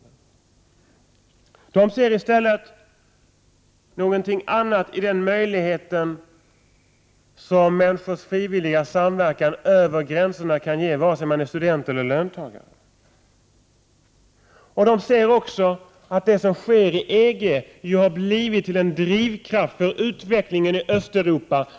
Dessa människor ser i stället något annat i den möjlighet som människors frivilliga samverkan över gränserna kan ge, oavsett om de är studenter eller löntagare. De ser också att det som sker inom EG har blivit till en drivkraft för utvecklingen i Östeuropa.